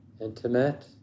Intimate